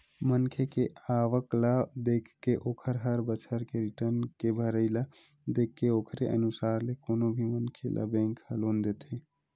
मनखे के आवक ल देखके ओखर हर बछर के रिर्टन के भरई ल देखके ओखरे अनुसार ले कोनो भी मनखे ल बेंक ह लोन देथे